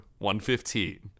115